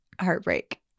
heartbreak